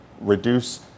reduce